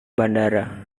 bandara